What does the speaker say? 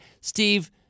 Steve